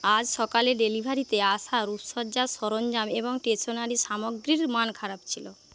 আজ সকালে ডেলিভারিতে আসা রূপসজ্জার সরঞ্জাম এবং স্টেশনারি সামগ্রীর মান খারাপ ছিল